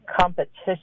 competition